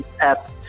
app